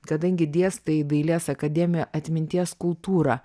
kadangi dėstai dailės akademijoje atminties kultūrą